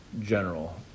general